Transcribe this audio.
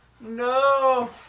no